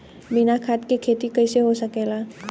बिना खाद के खेती कइसे हो सकेला?